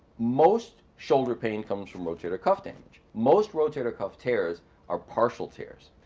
most shoulder pain comes from rotator cuff damage. most rotator cuff tears are partial tears,